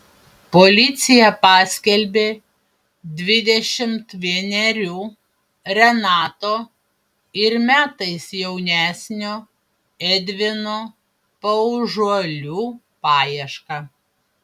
policija paskelbė dvidešimt vienerių renato ir metais jaunesnio edvino paužuolių paiešką